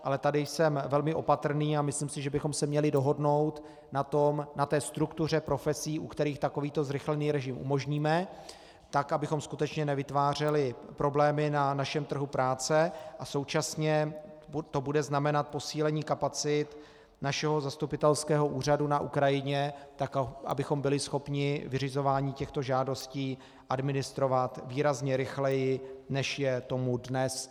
Ale tady jsem velmi opatrný a myslím si, že bychom se měli dohodnout na struktuře profesí, u kterých takovýto zrychlený režim umožníme, tak abychom skutečně nevytvářeli problémy na našem trhu práce, a současně to bude znamenat posílení kapacit našeho zastupitelského úřadu na Ukrajině tak, abychom byli schopni vyřizování těchto žádostí administrovat výrazně rychleji, než je tomu dnes.